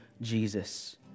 Jesus